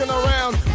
around